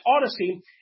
Odyssey